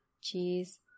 cheese